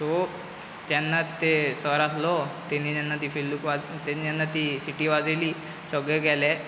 so जेन्ना ते sir आहलो तेनी जेन्ना ती फिल्लूक तेनी जेन्ना ती सिटी वाजयली सगले गेले